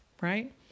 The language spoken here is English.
Right